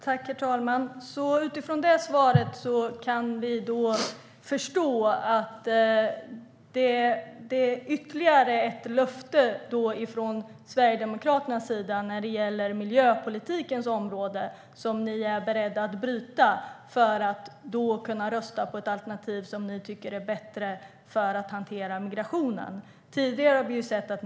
Herr talman! Är det svaret, när det gäller miljöpolitiken, ytterligare ett löfte från Sverigedemokraterna som ni är beredda att bryta för att kunna rösta på ett alternativ som ni tycker är bättre för att hantera migrationen, Martin Kinnunen?